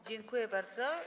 Dziękuję bardzo.